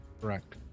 Correct